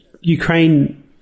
Ukraine